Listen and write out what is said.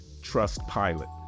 Trustpilot